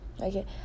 okay